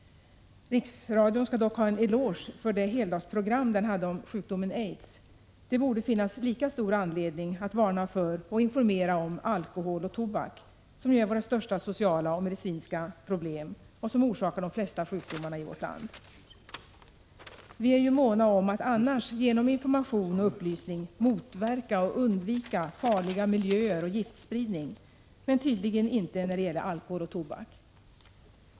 Riksradion skall dock ha en eloge för heldagsprogrammet om sjukdomen aids. Det borde finnas lika stor anledning att varna för och informera om alkohol och tobak, som ju är våra största sociala och medicinska problem och som orsakar de flesta sjukdomarna i vårt land. Vi är ju måna om att annars genom information och upplysning motverka och undvika farliga miljöer och giftspridning, men tydligen inte när det gäller alkohol och tobak.